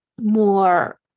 more